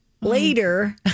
later